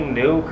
new